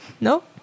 No